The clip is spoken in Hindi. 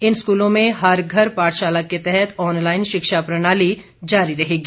इन स्कूलों में हर घर पाठशाला के तहत ऑनलाईन शिक्षा प्रणाली जारी रहेगी